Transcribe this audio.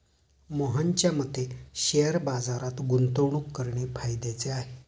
मोहनच्या मते शेअर बाजारात गुंतवणूक करणे फायद्याचे आहे